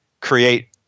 create